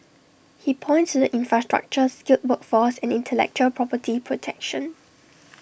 he points to the infrastructure skilled workforce and intellectual property protection